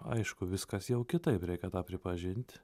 aišku viskas jau kitaip reikia tą pripažint